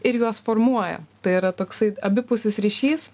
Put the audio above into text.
ir juos formuoja tai yra toksai abipusis ryšys